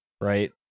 right